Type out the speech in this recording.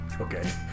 Okay